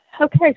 Okay